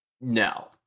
No